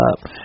up